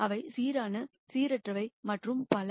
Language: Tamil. அவை சீரான சீரற்றவை மற்றும் பல